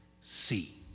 see